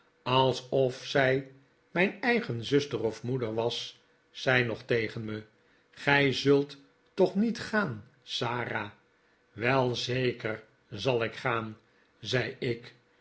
alsof zij mijn eigen zuster of moeder was zei nog tegen me gij zult toch niet gaan sara wel zeker zal ik gaan zei ik